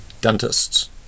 dentists